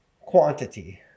quantity